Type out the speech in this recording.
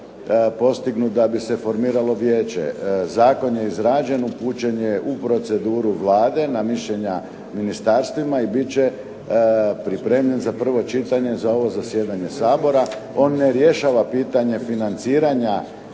postignut da bi se formiralo vijeće. Zakon je izrađen, upućen je u proceduru Vlade, na mišljenja ministarstvima i bit će pripremljen za prvo čitanje za ovo zasjedanje Sabora. On ne rješava pitanje financiranja